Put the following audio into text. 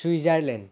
Switzerland